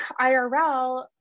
IRL